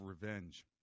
revenge